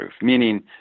Meaning